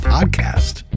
Podcast